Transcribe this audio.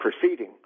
proceeding